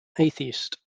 atheist